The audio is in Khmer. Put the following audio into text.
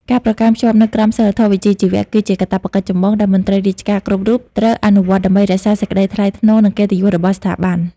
ការប្រកាន់ខ្ជាប់នូវក្រមសីលធម៌វិជ្ជាជីវៈ គឺជាកាតព្វកិច្ចចម្បងដែលមន្ត្រីរាជការគ្រប់រូបត្រូវអនុវត្តដើម្បីរក្សាសេចក្តីថ្លៃថ្នូរ និងកិត្តិយសរបស់ស្ថាប័ន។